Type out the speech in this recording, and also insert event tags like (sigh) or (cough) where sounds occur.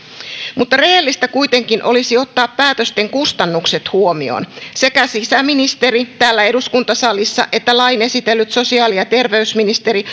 mutta rehellistä kuitenkin olisi ottaa päätösten kustannukset huomioon sekä sisäministeri täällä eduskuntasalissa että lain esitellyt sosiaali ja terveysministeri (unintelligible)